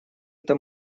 это